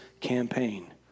campaign